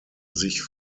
sich